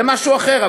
זה משהו אחר.